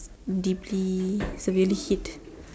deeply it's a really hit